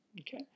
okay